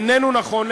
איננו נכון.